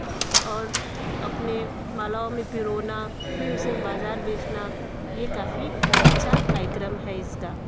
और अपने मालाओं में पिरोना फिर उसे बाजार बेचना ये काफ़ी अच्छा कायक्रम है इसका